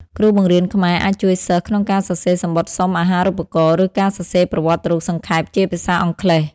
គ្រូបង្រៀនខ្មែរអាចជួយសិស្សក្នុងការសរសេរសំបុត្រសុំអាហារូបករណ៍ ឬការសរសេរប្រវត្តិរូបសង្ខេបជាភាសាអង់គ្លេស។